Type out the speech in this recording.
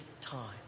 time